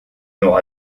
aura